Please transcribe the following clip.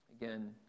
Again